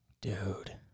Dude